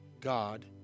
God